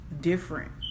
different